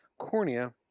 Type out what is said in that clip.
cornea